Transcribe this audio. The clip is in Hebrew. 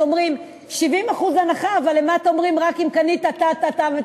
שאומרים "70% הנחה" אבל למטה אומרים "רק אם קנית טה-טה-טה".